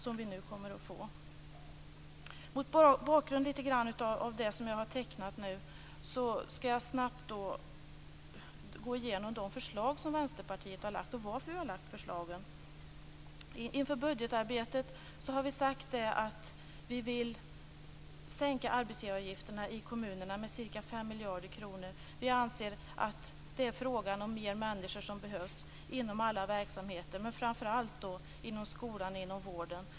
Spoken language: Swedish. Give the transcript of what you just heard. Mot bakgrund av det som jag har tecknat nu skall jag snabbt gå igenom de förslag som Vänsterpartiet har lagt och varför vi har lagt dem. Inför budgetarbetet har vi sagt att vi vill sänka arbetsgivaravgifterna i kommunerna med ca 5 miljarder kronor. Vi anser att det behövs fler människor inom alla verksamheter men framför allt inom skolan och vården.